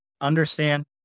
understand